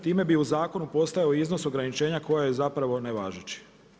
Time bi u zakonu postojao iznos ograničenja koja je zapravo nevažeći.